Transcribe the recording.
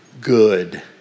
good